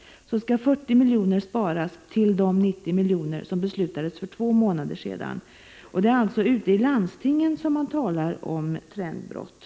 1985/86:119 skall 40 miljoner sparas, förutom de 90 miljoner som beslutades för två — 17 april 1986 månader sedan. Det är alltså ute i landstingen som man talar om trendbrott.